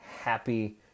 happy